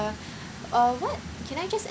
uh what can I just